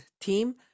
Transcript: team